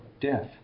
death